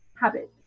habits